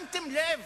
שמתם לב